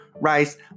Rice